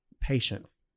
Patience